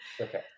Okay